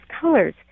colors